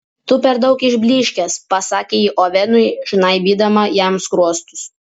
tu per daug išblyškęs pasakė ji ovenui žnaibydama jam skruostus